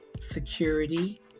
security